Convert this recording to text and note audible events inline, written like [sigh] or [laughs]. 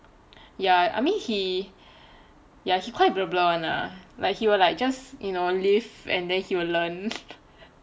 ya I mean he ya he quite blur blur [one] lah like he will like just you know live and then he will learn [laughs]